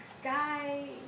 sky